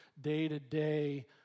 day-to-day